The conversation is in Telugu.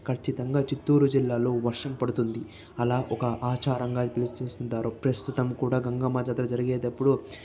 ఖచ్చితంగా చిత్తూరు జిల్లాలో వర్షం పడుతుంది అలా ఒక ఆచారంగా పిలుస్తుంటారు ప్రస్తుతం కూడా గంగమ్మ జాతర జరిగేటప్పుడు